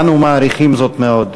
ואנו מעריכים זאת מאוד.